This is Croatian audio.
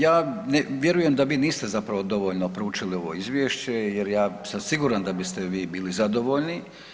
Ja vjerujem da vi niste zapravo dovoljno proučili ovo Izvješće, jer ja sam siguran da biste vi bili zadovoljni.